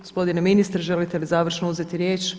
Gospodine ministre želite li završno uzeti riječ?